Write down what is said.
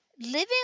living